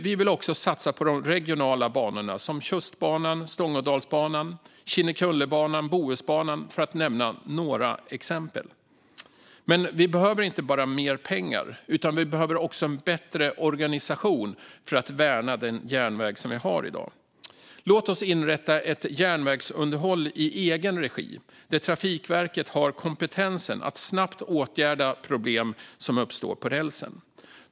Vi vill även satsa på de regionala banorna, som Tjustbanan, Stångådalsbanan, Kinnekullebanan och Bohusbanan, för att nämna några exempel. Vi behöver dock inte bara mer pengar, utan vi behöver även en bättre organisation för att värna den järnväg vi har i dag. Låt oss inrätta ett järnvägsunderhåll i egen regi, där Trafikverket har kompetensen att snabbt åtgärda problem som uppstår på rälsen!